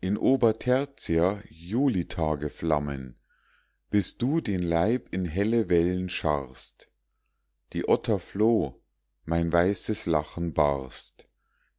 in obertertia julitage flammen bis du den leib in helle wellen scharrst die otter floh mein weißes lachen barst